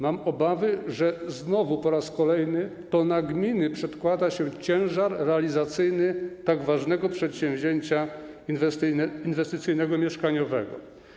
Mam obawy, że znowu, po raz kolejny, to na gminy przekłada się ciężar realizacyjny tak ważnego przedsięwzięcia inwestycyjnego, mieszkaniowego.